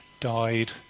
died